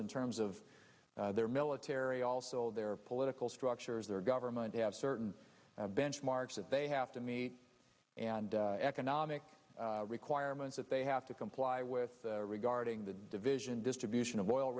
in terms of their military also their political structures their government they have certain benchmarks that they have to meet and economic requirements that they have to comply with regarding the division distribution of oil